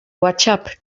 whatsapp